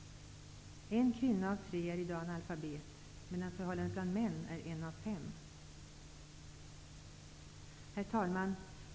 En kvinna av tre är i dag analfabet, medan förhållandet bland män är en av fem. Herr talman!